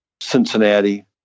Cincinnati